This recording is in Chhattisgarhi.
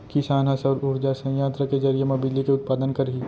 किसान ह सउर उरजा संयत्र के जरिए म बिजली के उत्पादन करही